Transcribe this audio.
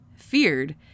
feared